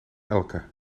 elke